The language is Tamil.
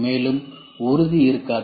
மேலும் உறுதி இருக்காது